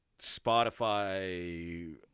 Spotify